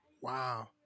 Wow